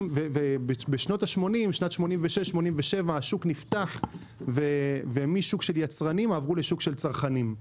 בשנת 86',87' השוק נפתח ומשוק של יצרנים עברו לשוק של צרכנים.